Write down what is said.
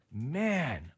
Man